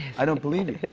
i don't believe it.